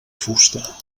fusta